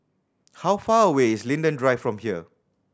how far away is Linden Drive from here